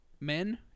men